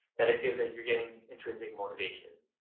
that it feels that you're getting intrinsic motivation.